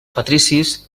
patricis